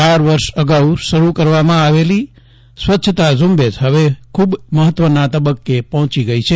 ચાર વર્ષ અગાઉ શરૂ કરવામાં આવેલી સ્વચ્છતા ઝુંબેશ હવે ખુબ મહત્વના તબક્કે પહોંચી ગઈ છે